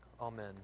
Amen